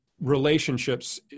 relationships